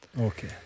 Okay